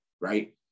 right